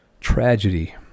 tragedy